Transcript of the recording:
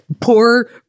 poor